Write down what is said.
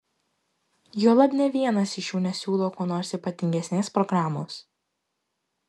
juolab nė vienas iš jų nesiūlo kuo nors ypatingesnės programos